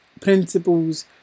principles